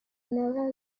neural